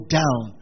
down